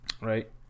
Right